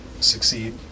Succeed